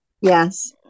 Yes